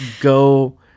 go